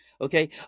okay